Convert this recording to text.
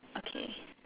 okay